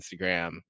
Instagram